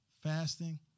fasting